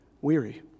weary